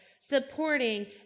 supporting